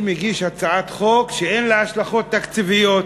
אני מגיש הצעת חוק שאין לה השלכות תקציביות,